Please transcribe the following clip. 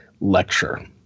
lecture